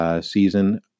season